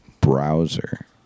Browser